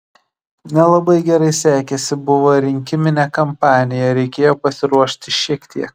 nelabai gerai sekėsi buvo rinkiminė kampanija reikėjo pasiruošt šiek tiek